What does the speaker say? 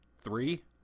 three